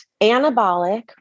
anabolic